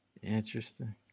Interesting